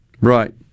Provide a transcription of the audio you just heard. Right